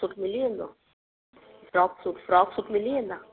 frock suit मिली वेंदो frock suit frock suit मिली वेंदा